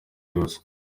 yose